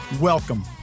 Welcome